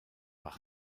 par